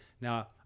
now